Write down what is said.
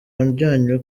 wajyanywe